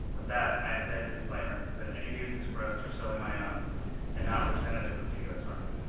with that, i have to add disclaimer that any views expressed are solely my own and not representative of the u s. army.